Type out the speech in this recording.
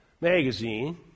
magazine